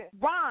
Ron